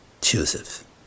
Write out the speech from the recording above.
Joseph